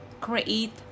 create